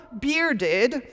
bearded